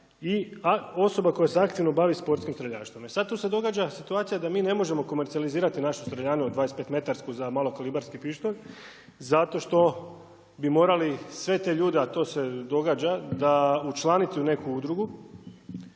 osoba koja se aktivno bavi sportskim streljaštvom. E sad tu se događa situacija da mi ne možemo komercijalizirati našu streljanu dvadeset i pet metarsku za malo kalibarski pištolj zato što bi morali sve te ljude, a to se događa učlaniti u neku udrugu,